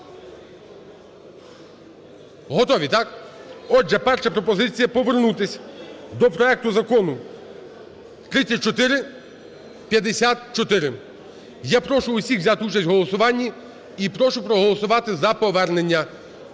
Готові, так? Отже, перша пропозиція – повернутись до проекту Закону 3454. Я прошу всіх взяти участь в голосуванні і прошу проголосувати за повернення.